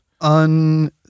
Un-